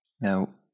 Now